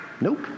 Nope